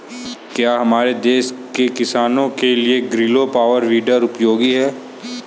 क्या हमारे देश के किसानों के लिए ग्रीलो पावर वीडर उपयोगी है?